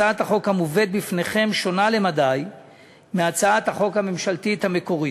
הצעת החוק המובאת בפניכם שונה למדי מהצעת החוק הממשלתית המקורית.